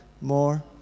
more